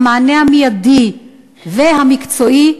המענה המיידי והמקצועי,